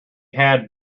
had